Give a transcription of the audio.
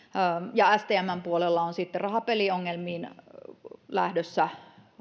ja stmn puolella on sitten rahapeliongelmiin liittyen lähdössä